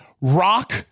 Rock